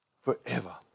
forever